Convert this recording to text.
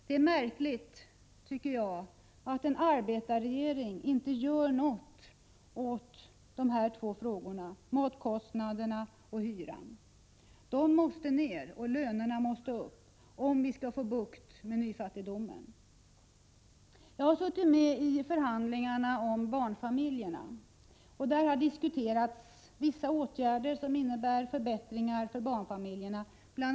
Det är märkligt, tycker jag, att en arbetarregering inte gör något åt dessa två problem, dvs. matkostnaderna och hyrorna. De måste sänkas, och lönerna måste ökas, om vi skall få bukt med nyfattigdomen. Jag har suttit med i förhandlingarna om barnfamiljerna. Där har diskuterats vissa åtgärder som innebär förbättringar för dem. Bl.